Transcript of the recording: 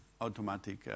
automatic